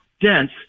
dense